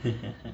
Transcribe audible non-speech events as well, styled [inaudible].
[laughs]